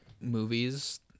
movies